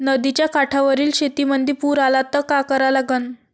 नदीच्या काठावरील शेतीमंदी पूर आला त का करा लागन?